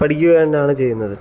പഠിക്കുക തന്നെയാണ് ചെയ്യുന്നത്